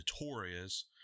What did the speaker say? notorious